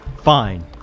fine